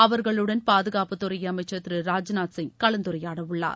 அவர்களுடன் பாதுகாப்புத்துறை அமைச்சர் திரு ராஜ்நாத்சிங் கலந்துரையாட உள்ளார்